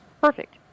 Perfect